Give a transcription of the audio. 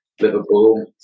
Liverpool